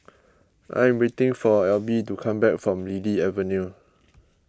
I am waiting for Alby to come back from Lily Avenue